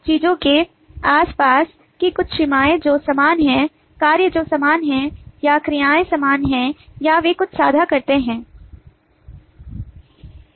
चीजों के आस पास की कुछ सीमाएँ जो समान हैं कार्य जो समान हैं या क्रियाएँ समान हैं या वे कुछ साझा करते हैं